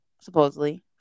supposedly